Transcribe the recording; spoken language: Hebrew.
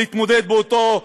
להתמודד באתו מכרז.